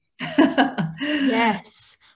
yes